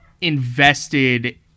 invested